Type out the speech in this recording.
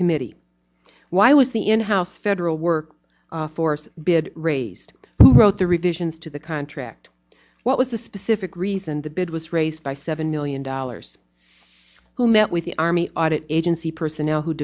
committee why was the in house federal work force bid raised wrote the revisions to the contract what was the specific reason the bid was raised by seven million dollars who met with the army audit agency personnel who